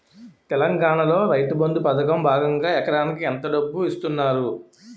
తెలంగాణలో రైతుబంధు పథకం భాగంగా ఎకరానికి ఎంత డబ్బు ఇస్తున్నారు?